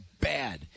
bad